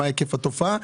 מה היקף התופעה,